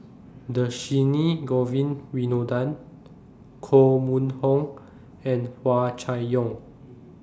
Dhershini Govin Winodan Koh Mun Hong and Hua Chai Yong